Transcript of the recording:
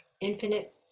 Infinite